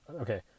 okay